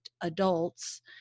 adults